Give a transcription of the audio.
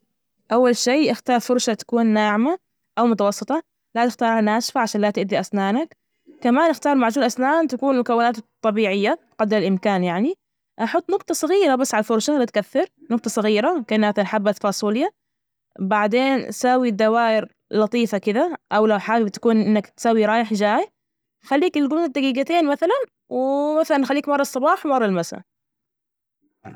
أول شي اختار فرشة تكون ناعمة أو متوسطة، لا تختارها ناشفة عشان لا تأذي أسنانك، كمان أختار معجون أسنان، تكون مكوناته طبيعية قدر الإمكان، يعني أحط نجطة صغيرة بس على الفرشة لا تكثر نجطة صغيرة كأنها كحبة فاصوليا، بعدين سوي دوائر لطيفة كده، أو لو حابب تكون إنك تسوي رايح جاي، خليك يجولون دجيجتين مثلا، و مثلا خليك مرة الصباح ومرة المسا.